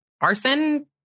arson